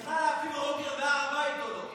עמר בר לב הנחה להפעיל, בהר הבית או לא?